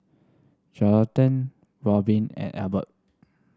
Jonathan Robin and Elbert